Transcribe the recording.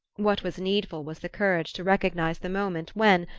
what was needful was the courage to recognize the moment when,